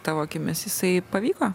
tavo akimis jisai pavyko